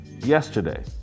Yesterday